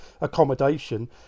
accommodation